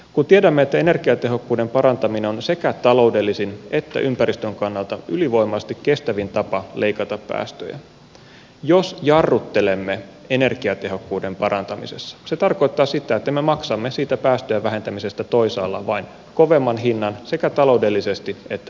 kun tiedämme että energiatehokkuuden parantaminen on sekä taloudellisin että ympäristön kannalta ylivoimaisesti kestävin tapa leikata päästöjä niin jos jarruttelemme energiatehokkuuden parantamisessa se tarkoittaa sitä että me maksamme siitä päästöjen vähentämisestä toisaalla vain kovemman hinnan sekä taloudellisesti että ympäristön kannalta